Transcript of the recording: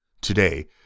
Today